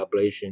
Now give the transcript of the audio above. ablation